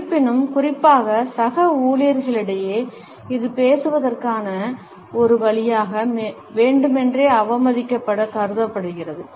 இருப்பினும் குறிப்பாக சக ஊழியர்களிடையே இது பேசுவதற்கான ஒரு வழியாக வேண்டுமென்றே அவமதிப்பதாகக் கருதப்படுகிறது